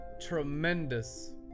tremendous